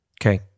okay